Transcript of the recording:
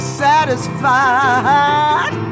satisfied